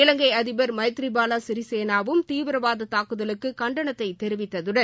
இலங்கை அதிபர் மைத்ரிபால சிறிசேனாவும் தீவிரவாத தாக்குதலுக்கு கண்டனத்தை தெரிவித்ததுடன்